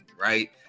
right